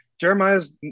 Jeremiah's